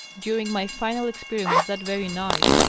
during my final experiments that very night,